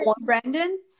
Brandon